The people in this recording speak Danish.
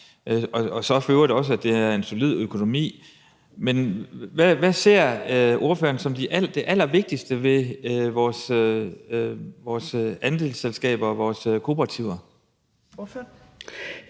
og så i øvrigt også, at det er en solid økonomi. Mit spørgsmål går på, hvad ordføreren ser som det allervigtigste ved vores andelsselskaber og vores kooperativer. Kl.